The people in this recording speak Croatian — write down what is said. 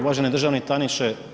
Uvaženi državni tajniče.